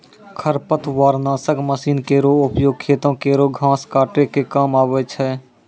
खरपतवार नासक मसीन केरो उपयोग खेतो केरो घास काटै क काम आवै छै